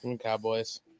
Cowboys